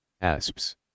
Asps